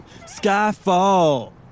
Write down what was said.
Skyfall